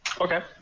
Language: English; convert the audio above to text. Okay